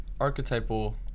archetypal